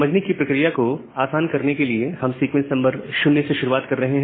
समझने की प्रक्रिया को आसान करने के लिए हम सीक्वेंस नंबर 0 से शुरुआत कर रहे हैं